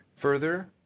Further